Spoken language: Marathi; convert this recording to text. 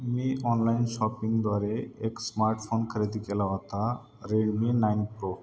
मी ऑनलाइन शॉपिंगद्वारे एक स्मार्टफोन खरेदी केला होता रेडमी नाईन प्रो